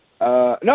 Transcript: No